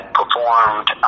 performed